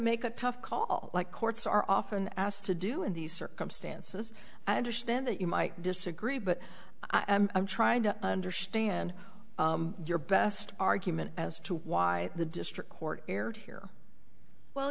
make a tough call like courts are often asked to do in these circumstances i understand that you might disagree but i'm trying to understand your best argument as to why the district court erred here well